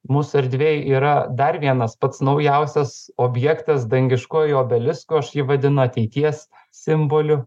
mūsų erdvėj yra dar vienas pats naujausias objektas dangiškojo obelisko aš jį vadino ateities simboliu